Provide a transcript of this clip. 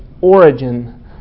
origin